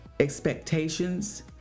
expectations